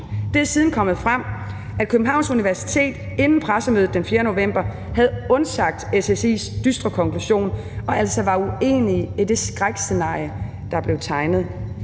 Det er siden kommet frem, at Københavns Universitet inden pressemødet den 4. november havde undsagt SSI's dystre konklusion og altså var uenige i det skrækscenarie, der blev tegnet.